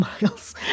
Miles